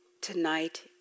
Tonight